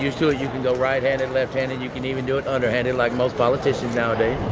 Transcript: used to it, you can go right-handed, left-handed. you can even do it underhanded like most politicians nowadays